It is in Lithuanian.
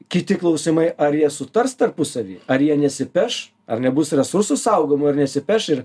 kiti klausimai ar jie sutars tarpusavy ar jie nesipeš ar nebus resursų saugomų ar nesipeš ir